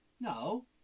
No